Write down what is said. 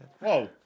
Whoa